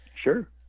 sure